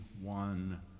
one